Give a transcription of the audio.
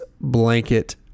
blanket